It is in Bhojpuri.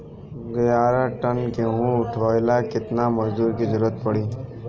ग्यारह टन गेहूं उठावेला केतना मजदूर के जरुरत पूरी?